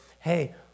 hey